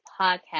podcast